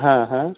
हाँ हाँ